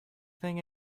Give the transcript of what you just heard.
thing